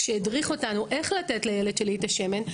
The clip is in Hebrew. שהדריך אותנו איך לתת לילד שלי את השמן,